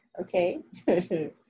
okay